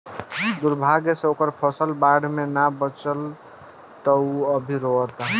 दुर्भाग्य से ओकर फसल बाढ़ में ना बाचल ह त उ अभी रोओता